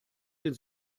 den